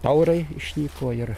taurai išnyko ir